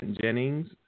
Jennings